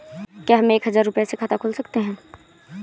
क्या हम एक हजार रुपये से खाता खोल सकते हैं?